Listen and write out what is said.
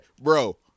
bro